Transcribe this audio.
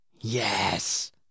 Yes